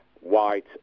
white